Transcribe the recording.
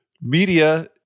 media